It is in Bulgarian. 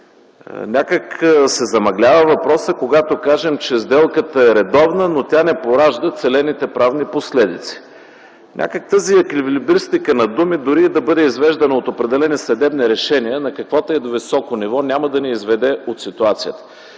се замъглява когато кажем, че сделката е редовна, но тя не поражда целените правни последици. Някак си тази еквилибристика на думи, дори и да бъде извеждана от определени съдебни решения на каквото и да е високо ниво, няма да ни изведе от ситуацията.